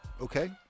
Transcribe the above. Okay